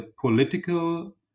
political